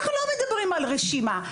מדברים על רשימה.